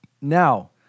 Now